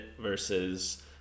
versus